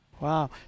Wow